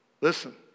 listen